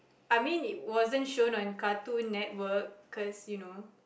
I mean it wasn't shown on Cartoon Network cause you know